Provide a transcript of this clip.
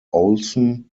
olson